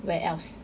where else